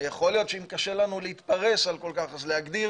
יכול להיות שאם קשה לנו להתפרס כל כך אז להגדיר